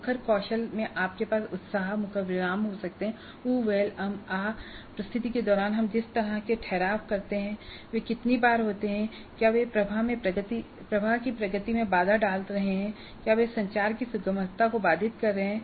मुखर कौशल में आपके पास उत्साह और मुखर विराम हो सकते हैं उह वेल उम आह प्रस्तुति के दौरान हम जिस तरह के ठहराव करते हैं वे कितनी बार होते हैं क्या वे प्रवाह की प्रगति में बाधा डाल रहे हैं क्या वे संचार की सुगमता को बाधित कर रहे हैं